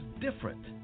different